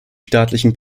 staatlichen